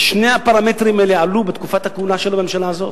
ושני הפרמטרים האלה עלו בתקופת הכהונה של הממשלה הזאת,